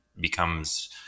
becomes